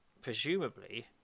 presumably